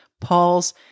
Paul's